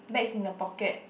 bags in the pocket